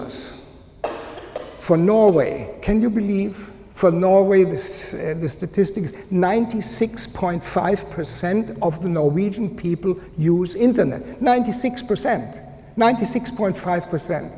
rs for norway can you believe for norway this statistic is ninety six point five percent of the norwegian people use internet ninety six percent ninety six point five percent